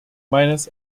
meines